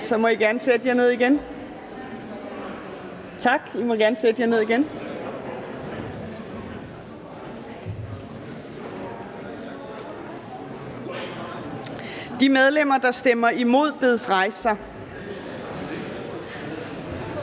stemmer for, bedes rejse sig. Tak, så må I gerne sætte jer ned igen. De medlemmer, der stemmer imod, bedes rejse